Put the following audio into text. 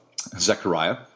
Zechariah